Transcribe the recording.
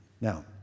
Now